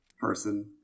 person